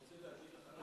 אני רוצה להגיד לך,